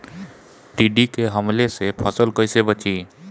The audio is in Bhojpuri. टिड्डी के हमले से फसल कइसे बची?